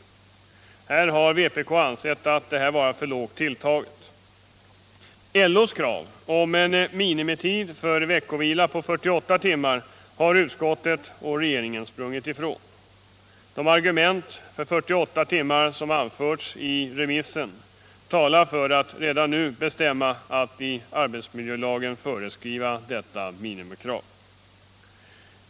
Detta har vpk ansett vara för lågt tilltaget. LO:s krav om en minimitid för veckovila på 48 timmar har utskottet och regeringen sprungit ifrån. De argument för 48 timmar som anförts i remissen talar för att redan nu bestämma att i arbetsmiljölagen föreskriva detta minimikrav.